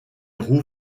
roues